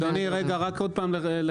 אדוני, רק לחדד.